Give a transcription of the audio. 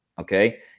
Okay